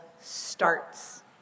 starts